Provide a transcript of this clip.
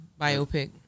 biopic